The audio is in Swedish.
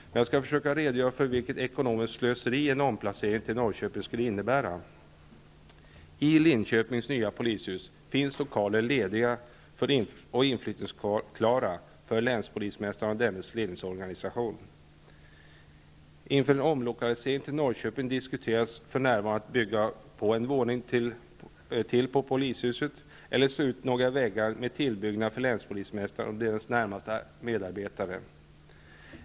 Jag skall dock försöka att redogöra för vilket ekonomiskt slöseri en omlokalisering till Norrköping skulle innebära. I Linköpings nya polishus finns lokaler lediga och inflyttningsklara för länspolismästaren och dennes ledningsorganisation. Inför en omlokalisering till Norrköping diskuteras för närvarande att bygga på en våning till på polishuset eller att slå ut några väggar och göra en tillbyggnad för länspolismästaren och dennes närmaste medarbetare.